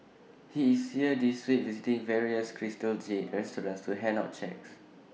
he is here this week visiting various crystal jade restaurants to hand out cheques